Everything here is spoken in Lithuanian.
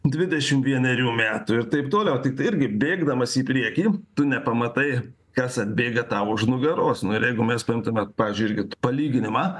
dvidešimt vienerių metų ir taip toliau tiktai irgi bėgdamas į priekį tu nepamatai kas atbėga tau už nugaros nu ir jeigu mes paimtume pavyzdžiui palyginimą